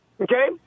Okay